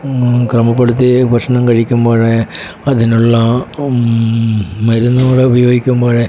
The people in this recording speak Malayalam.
ക്രമപ്പെടുത്തി ഭക്ഷണം കഴിക്കുമ്പോൾ അതിനുള്ള മരുന്നുകൂടെ ഉപയോഗിക്കുമ്പോൾ